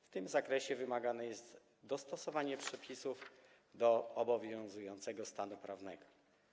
W tym zakresie wymagane jest dostosowanie przepisów do obowiązującego stanu prawnego.